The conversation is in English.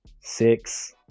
six